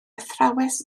athrawes